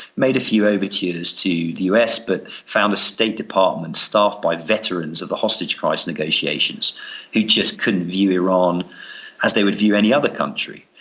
made a few overtures to the us, but found a state department staffed by veterans of the hostage crisis negotiations who just couldn't view iran as they would view any other country.